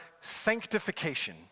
sanctification